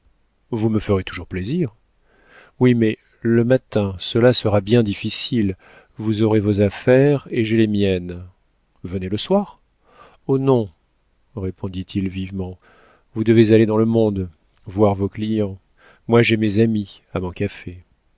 vous me ferez toujours plaisir oui mais le matin cela sera bien difficile vous aurez vos affaires et j'ai les miennes venez le soir oh non répondit-il vivement vous devez aller dans le monde voir vos clients moi j'ai mes amis à mon café